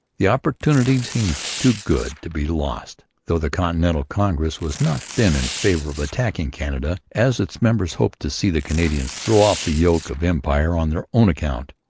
the opportunity seemed too good to be lost though the continental congress was not then in favour of attacking canada, as its members hoped to see the canadians throw off the yoke of empire on their own account.